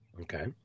Okay